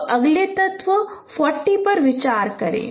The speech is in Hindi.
तो अगले तत्व 40 पर विचार करें